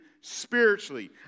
spiritually